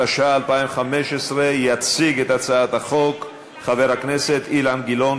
התשע"ה 2015. יציג את הצעת החוק חבר הכנסת אילן גילאון,